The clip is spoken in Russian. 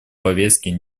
повестки